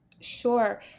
Sure